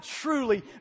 truly